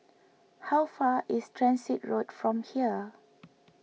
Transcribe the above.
how far is Transit Road from here